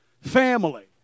family